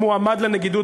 המועמד לנגידות?